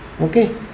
Okay